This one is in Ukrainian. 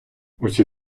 усі